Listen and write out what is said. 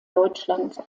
deutschland